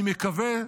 אני מקווה,